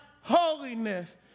holiness